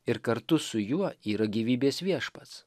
ir kartu su juo yra gyvybės viešpats